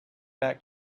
back